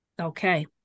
Okay